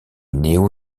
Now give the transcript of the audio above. néo